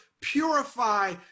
purify